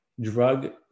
drug